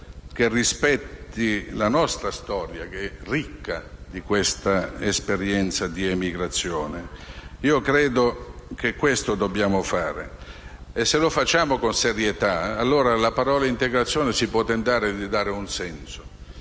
che rispettino la nostra storia che è ricca di esperienze di emigrazione? Io credo che questo dovremmo fare e se lo facciamo con serietà allora alla parola «integrazione» si può tentare di dare un senso.